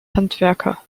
handwerker